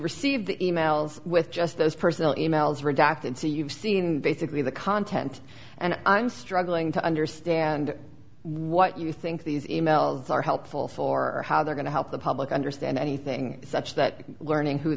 received the e mails with just those personal in mails redacted so you've seen basically the content and i'm struggling to understand what you think these emails are helpful for how they're going to help the public understand anything such that learning who